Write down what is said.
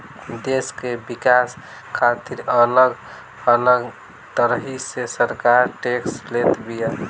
देस के विकास खातिर अलग अलग तरही से सरकार टेक्स लेत बिया